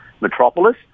metropolis